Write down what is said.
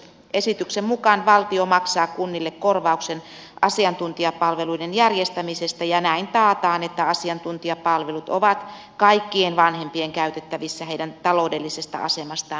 esityksen mukaan valtio maksaa kunnille korvauksen asiantuntijapalveluiden järjestämisestä ja näin taataan että asiantuntijapalvelut ovat kaikkien vanhempien käytettävissä heidän taloudellisesta asemastaan riippumatta